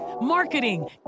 marketing